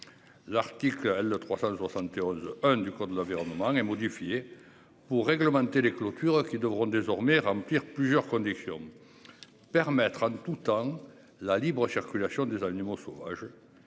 L'Arctique L 371 1 du code de l'environnement et modifié pour réglementer les clôtures qui devront désormais remplir plusieurs conditions. Permettra de tout temps, La Libre cher Kula des animaux sauvages.